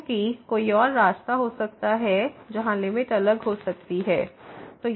क्योंकि कोई और रास्ता हो सकता है जहां लिमिट अलग हो सकती है